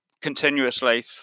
continuously